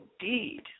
indeed